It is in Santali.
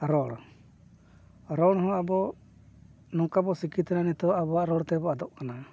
ᱨᱚᱲ ᱨᱚᱲ ᱦᱚᱸ ᱟᱵᱚ ᱱᱚᱝᱠᱟ ᱵᱚᱱ ᱥᱤᱠᱷᱤᱛ ᱮᱱᱟ ᱱᱤᱛᱳᱜ ᱟᱵᱚᱣᱟᱜ ᱨᱚᱲ ᱛᱮᱜᱮᱵᱚᱱ ᱟᱫᱚᱜ ᱠᱟᱱᱟ